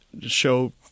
show